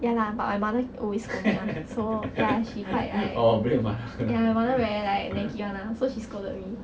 ya lah but my mother always nag [one] so ya she quite like ya my mother like very naggy [one] lah so she scolded me